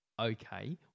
Okay